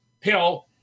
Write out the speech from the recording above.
pill